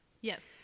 Yes